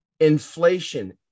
Inflation